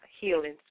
healing